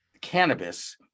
cannabis